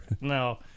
No